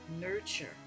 nurture